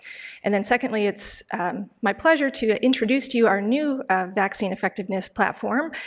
and then, secondly, it's my pleasure to introduce to you our new vaccine effectiveness platform,